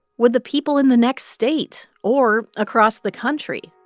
would the people in the next state or across the country?